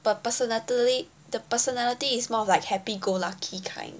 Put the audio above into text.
but persona~ the personality is more of like happy go lucky kind